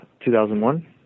2001